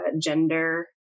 gender